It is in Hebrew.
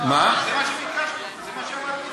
שלוש שנים זה הוראת שעה?